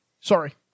Sorry